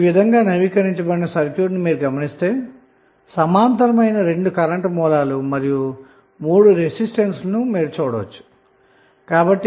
ఈ విధంగా నవీకరించిన సర్క్యూట్ ను గమనిస్తే మీరు సమాంతరమైన రెండు కరెంటు సోర్స్ లు మరియు సమాంతరమైన మూడు రెసిస్టెన్స్ లను చూడవచ్చు